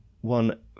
one